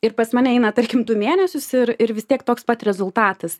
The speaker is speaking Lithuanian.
ir pas mane eina tarkim du mėnesius ir ir vis tiek toks pat rezultatas